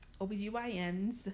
OBGYNs